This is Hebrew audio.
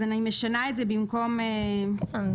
אז אני משנה את זה, שבמקום